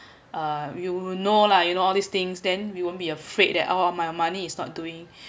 uh you know lah you know all these things then we won't be afraid that oh my money is not doing